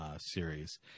series